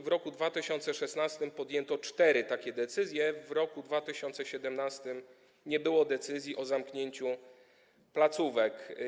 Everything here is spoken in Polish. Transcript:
W roku 2016 podjęto cztery takie decyzje, w roku 2017 nie podjęto decyzji o zamknięciu placówek.